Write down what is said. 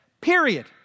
Period